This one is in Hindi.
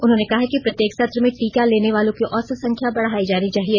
उन्होंने कहा कि प्रत्येक सत्र में टीके लेने वालों की औसत संख्या बढ़ाई जानी चाहिए